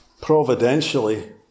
providentially